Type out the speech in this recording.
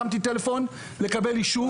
הרמתי טלפון לקבל אישור.